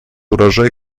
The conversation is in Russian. урожай